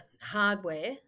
hardware